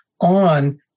on